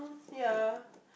ya